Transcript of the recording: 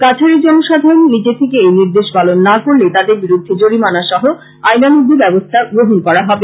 কাছাড়ের জনসাধারণ নিজে থেকে এই নির্দেশনা পালন না করলে তাদের বিরুদ্ধে জরিমানা সহ আইনানুগ ব্যবস্থা গ্রহণ করা হবে